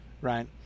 right